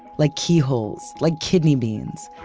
like keyholes, like kidney beans.